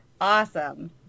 Awesome